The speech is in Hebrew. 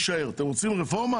רוצים רפורמה?